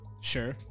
Sure